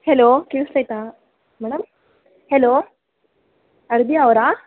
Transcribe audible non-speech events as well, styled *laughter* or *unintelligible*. hello ಕೇಳಿಸ್ತೈತಾ madam hello *unintelligible* ಅವರಾ